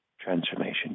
transformation